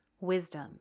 wisdom